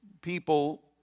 people